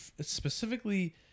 specifically